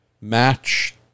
match